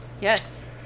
Yes